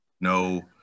No